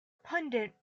pundit